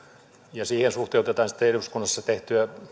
ja siihen suhteutetaan sitten eduskunnassa tehtyä